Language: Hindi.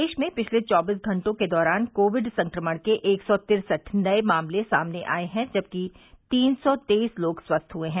प्रदेश में पिछले चौबीस घंटों के दौरान कोविड संक्रमण के एक सौ तिरसठ नये मामले सामने आये हैं जबकि तीन सौ तेईस लोग स्वस्थ हुए हैं